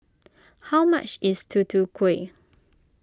how much is Tutu Kueh